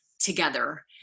together